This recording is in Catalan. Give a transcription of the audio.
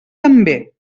també